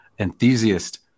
enthusiast